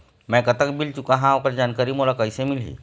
मैं कतक बिल चुकाहां ओकर जानकारी मोला कइसे मिलही?